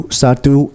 satu